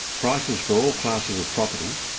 prices for all classes of property,